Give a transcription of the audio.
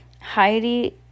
Heidi